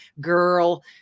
girl